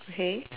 okay